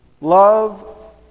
Love